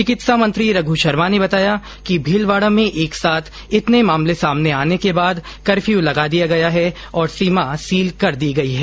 चिकित्सा मंत्री रघु शर्मा ने बताया कि भीलवाडा में एक साथ इतने मामले सामने आने के बाद कपर्यू लगा दिया गया है और सीमा सील कर दी गई है